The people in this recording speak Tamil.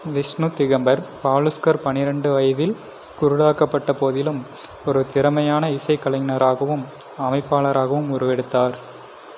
விஷ்ணு திகம்பர் பாலுஸ்கர் பன்னிரெண்டு வயதில் குருடாக்கப்பட்ட போதிலும் ஒரு திறமையான இசைக்கலைஞராகவும் அமைப்பாளராகவும் உருவெடுத்தார்